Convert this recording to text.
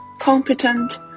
competent